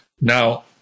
Now